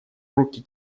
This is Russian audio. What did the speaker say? руки